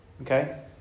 Okay